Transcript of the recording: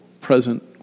present